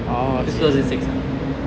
two thousand six ah